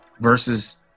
Versus